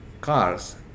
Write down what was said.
cars